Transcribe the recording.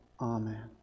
Amen